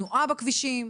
בכבישים.